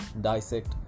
dissect